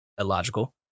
illogical